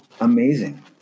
Amazing